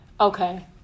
Okay